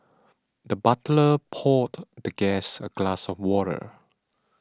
the butler poured the guest a glass of water